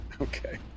Okay